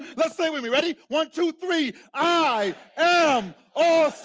let's say it with me, ready? one, two, three i um ah